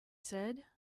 said